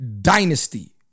Dynasty